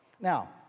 Now